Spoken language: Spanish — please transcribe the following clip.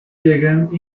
llegan